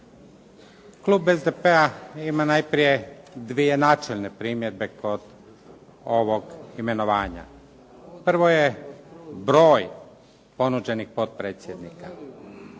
Klub SDP-a ima najprije 2 načelne primjedbe kod ovog imenovanja. Prvo je broj ponuđenih potpredsjednika.